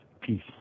Peace